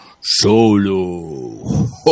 Solo